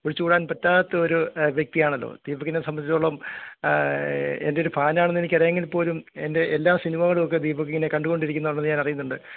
ഒഴിച്ചൂടാൻ പറ്റാത്തൊരു വ്യക്തിയാണല്ലോ ദീപക്കിനെ സംബന്ധിച്ചെടുത്തോളം എൻറ്റൊരു ഫാനാണെന്നെനിക്ക് അറിയാമെങ്കിൽ പോലും എൻ്റെയെല്ലാ സിനിമകളുമൊക്കെ ദീപക്ക് ഇങ്ങനെ കണ്ടോണ്ടിരിക്കുന്നുണ്ടെന്ന് ഞാനറിയുന്നുണ്ട്